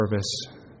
service